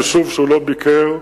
יישוב שהוא לא ביקר בו.